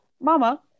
Mama